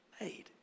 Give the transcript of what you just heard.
made